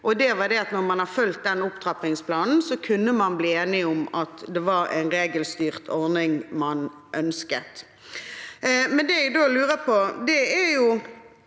når man har fulgt den opptrappingsplanen, kunne man bli enig om at det var en regelstyrt ordning man ønsket.